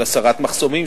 של הסרת מחסומים,